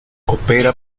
opera